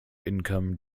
income